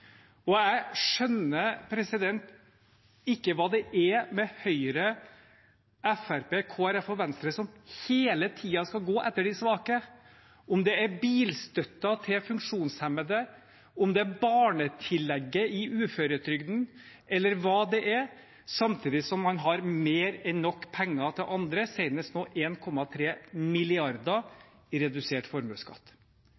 Jeg skjønner ikke hva det er med Høyre, Fremskrittspartiet, Kristelig Folkeparti og Venstre, som hele tiden skal gå etter de svake – om det er bilstøtte til funksjonshemmede, om det er barnetillegget i uføretrygden, eller hva det er, samtidig som man har mer enn nok penger til andre, senest nå